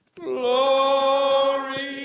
glory